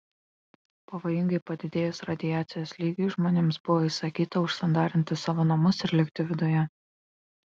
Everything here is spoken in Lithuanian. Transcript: pavojingai padidėjus radiacijos lygiui žmonėms buvo įsakyta užsandarinti savo namus ir likti viduje